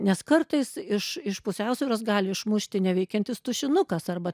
nes kartais iš iš pusiausvyros gali išmušti neveikiantis tušinukas arba